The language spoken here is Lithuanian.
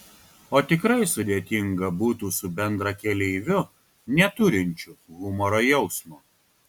o tikrai sudėtinga būtų su bendrakeleiviu neturinčiu humoro jausmo